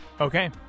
Okay